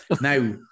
Now